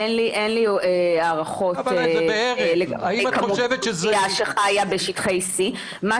אין לי הערכות לגבי האוכלוסייה שחיה בשטחי C. בערך.